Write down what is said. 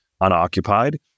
unoccupied